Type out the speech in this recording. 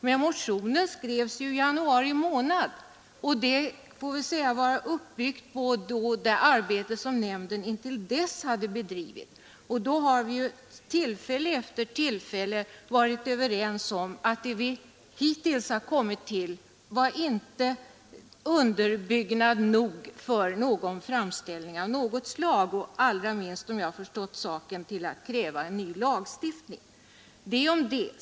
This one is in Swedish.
Men motionen skrevs ju i januari månad och får väl sägas vara uppbyggd på det arbete som nämnden intill dess hade bedrivit. Och då har vi ju vid tillfälle efter tillfälle varit överens om att det vi hittills kommit till var inte underbyggnad nog för en framställning om åtgärder av något slag och allra minst för att kräva en ny lagstiftning. Det om det.